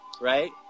right